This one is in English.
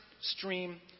stream